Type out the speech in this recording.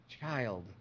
Child